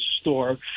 store